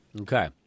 Okay